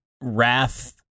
wrath